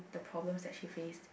the problems that she faced